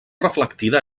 reflectida